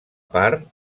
part